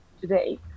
today